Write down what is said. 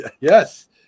yes